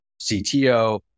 CTO